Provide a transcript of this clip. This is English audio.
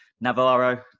Navarro